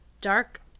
Dark